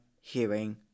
hearing